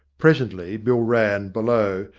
presently bill rann, below,